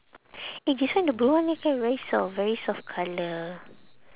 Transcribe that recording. eh this one the blue one eh very soft very soft colour